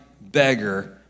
beggar